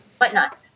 whatnot